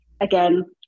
again